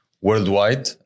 worldwide